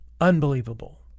unbelievable